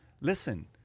listen